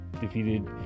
defeated